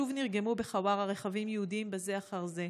שוב נרגמו בחווארה רכבים יהודיים זה אחר זה.